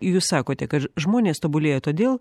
jūs sakote kad žmonės tobulėja todėl